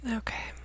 okay